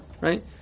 right